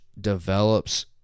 develops